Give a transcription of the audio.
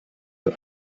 who